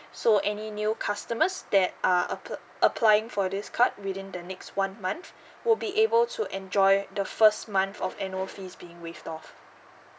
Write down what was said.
so any new customers that are applying for this card within the next one month would be able to enjoy the first month of annual fees being with waived off